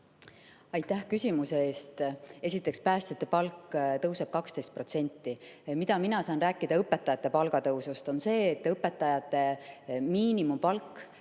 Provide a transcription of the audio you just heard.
Aitäh küsimuse eest! Esiteks, päästjate palk tõuseb 12%. Mida mina saan rääkida õpetajate palga tõusust, on see, et õpetajate miinimumpalk